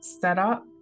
setup